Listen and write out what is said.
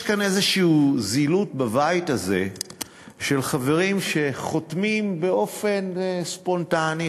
יש כאן בבית הזה איזו זילות של חברים שחותמים באופן ספונטני,